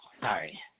sorry